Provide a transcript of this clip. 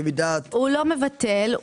הוא לא מבטל,